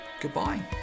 Goodbye